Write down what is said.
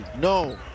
no